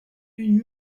une